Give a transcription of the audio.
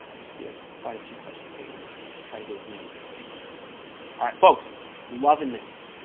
you see it's a quite a few questions hannah means try to get as many as i can all right folks if you're loving this